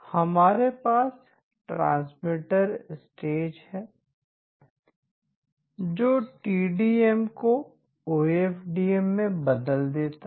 हमारे पास transmitter stage है जो टीडीएम को एफडीएम में बदल देता है